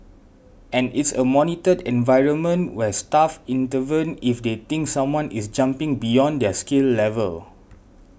and it's a monitored environment where staff intervene if they think someone is jumping beyond their skill level